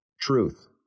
truth